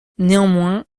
néanmoins